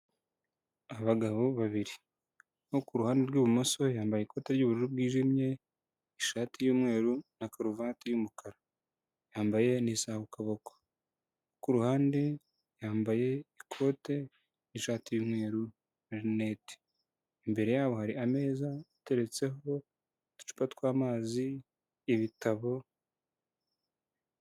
Abagabo babiri uwo kuruhande rw'ibumoso yambaye ikoti ry'ubururu bwijimye ishati y'umweru na karuvati y'umukara yambaye nisaha ku kuboko kuruhande yambaye ikote, ishati y'umweru na lunette imbere yaho hari ameza ateretseho uducupa twamazi ibitabo